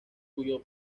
cuyo